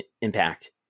Impact